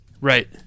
Right